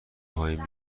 پایین